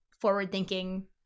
forward-thinking